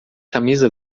camisa